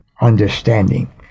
understanding